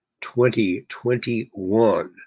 2021